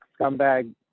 scumbag